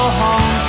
home